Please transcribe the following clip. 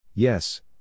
Yes